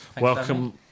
Welcome